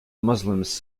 muslims